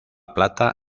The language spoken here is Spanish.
plata